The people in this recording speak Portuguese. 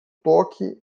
toque